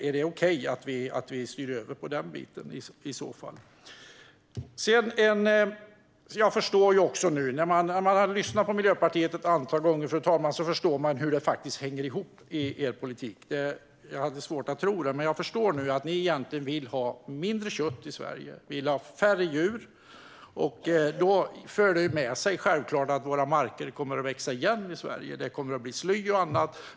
Är det okej att vi styr över i så fall? När man har lyssnat på Miljöpartiet ett antal gånger förstår man hur den politiken hänger ihop. Jag hade svårt att tro det. Men nu förstår jag att ni egentligen vill ha mindre kött i Sverige och färre djur. Det kommer att föra med sig att våra marker växer igen. Det kommer att bli sly och annat.